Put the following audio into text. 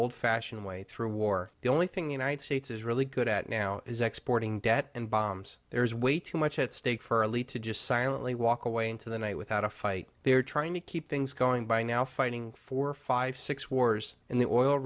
fashioned way through war the only thing the united states is really good at now is exporting debt and bombs there is way too much at stake for a lead to just silently walk away into the night without a fight they're trying to keep things going by now fighting four five six wars and the oil